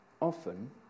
often